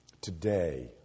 today